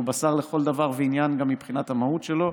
שהוא בשר לכל דבר ועניין גם מבחינת המהות שלו.